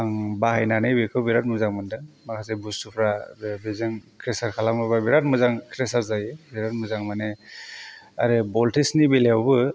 आं बाहायनानै बेखौ बिराद मोजां मोन्दों माखासे बुस्तुफोरा बेजों क्रेसार खालामोबा बिराद मोजां क्रेसार जायो बिराद मोजां माने आरो भल्टेजनि बेलायावबो